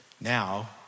Now